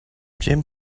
jim